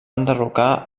enderrocar